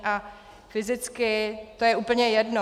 A fyzicky to je úplně jedno.